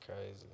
crazy